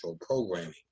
programming